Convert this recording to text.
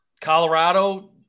Colorado